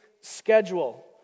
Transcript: schedule